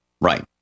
Right